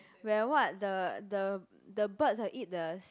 where what the the the birds are eat the